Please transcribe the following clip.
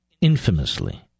infamously